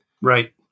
right